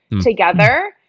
together